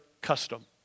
custom